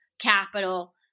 capital